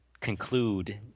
conclude